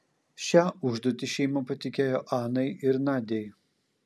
šią užduotį šeima patikėjo anai ir nadiai